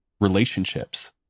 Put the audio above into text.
Relationships